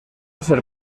ser